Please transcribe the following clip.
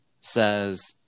says